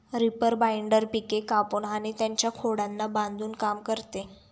reaper binder पिके कापून आणि त्यांच्या खोडांना बांधून काम करते